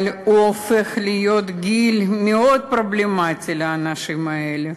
אבל הוא הופך להיות גיל מאוד פרובלמטי לאנשים האלה.